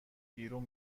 بیرون